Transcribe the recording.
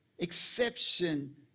exception